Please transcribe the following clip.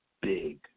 big